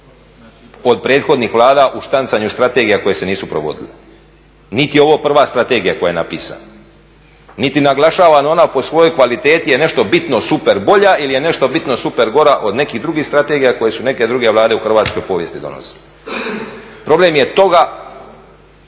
od prethodnih vlada u štancanju strategija koje se nisu provodile, niti je ovo prva strategija koja je napisana, niti naglašavam ona po svojoj kvaliteti je nešto bitno super bolja ili je nešto bitno super gora od nekih drugih strategija koje su neke druge vlade u hrvatskoj povijesti donosile. Problem je toga